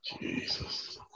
Jesus